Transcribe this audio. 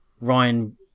Ryan